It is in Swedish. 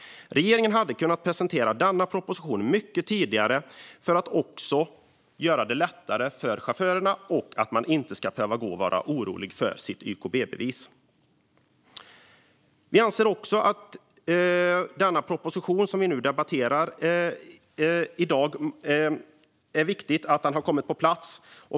Regeringen hade kunnat presentera denna proposition mycket tidigare, vilket hade gjort det lättare för chaufförerna. Man ska inte behöva gå och vara orolig för sitt YKB. Vi anser också att det är viktigt att den proposition vi debatterar i dag har kommit på plats.